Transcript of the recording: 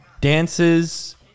dances